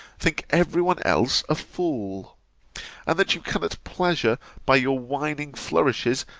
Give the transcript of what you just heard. think every one else a fool and that you can at pleasure, by your whining flourishes,